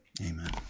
amen